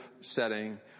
setting